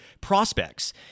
prospects